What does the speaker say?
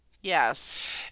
Yes